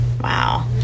Wow